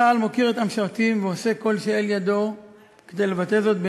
צה"ל מוקיר את המשרתים ועושה כל שלאל ידו כדי לבטא זאת,